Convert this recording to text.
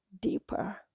deeper